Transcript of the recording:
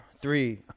three